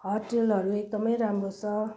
होटलहरू एकदमै राम्रो छ